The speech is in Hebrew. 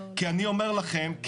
כי אני אומר לכם,